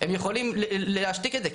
הם יכולים להשתיק את זה,